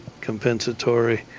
compensatory